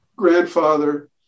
Grandfather